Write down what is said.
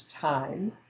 time